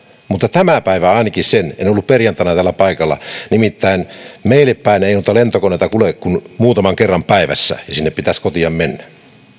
mutta tämä päivä ainakin en ollut perjantaina täällä paikalla nimittäin meille päin ei noita lentokoneita kulje kuin muutaman kerran päivässä ja sinne pitäisi kotia mennä